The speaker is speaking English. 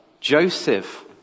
Joseph